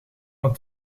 het